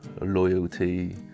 loyalty